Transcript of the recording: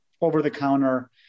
over-the-counter